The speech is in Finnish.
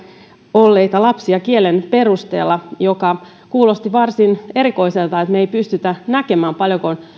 olleita lapsia kielen perusteella mikä kuulosti varsin erikoiselta että me emme pysty näkemään paljonko